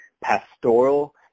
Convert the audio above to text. pastoral